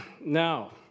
now